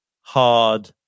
hard